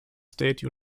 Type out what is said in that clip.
state